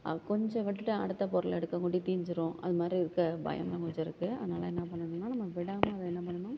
கொஞ்சோம் விட்டுட்டேன் அடுத்த பொருளை எடுக்கக்குள்ள தீஞ்சிரும் அது மாதிரி இருக்க பயமும் கொஞ்சோம் இருக்குது அதனால் என்ன பண்ணணுன்னா நம்ம விடாமல் அதை என்ன பண்ணணும்